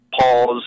pause